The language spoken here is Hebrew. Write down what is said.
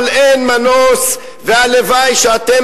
אבל אין מנוס" והלוואי שאתם,